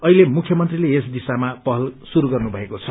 अहिले मुख्यमंत्रीले यस दिशामा पहल शुरू गर्नुभएको छ